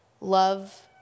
love